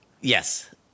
Yes